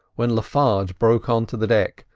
when le farge broke on to the deck,